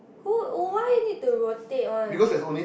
who oh why need to rotate one